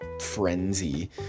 frenzy